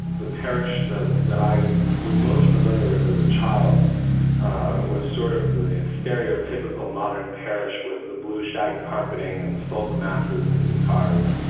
the parish that that i was most familiar with as a child was sort of the stereotypical modern parish with the blue shag carpeting and the folk masses and guitars.